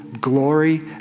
glory